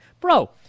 Bro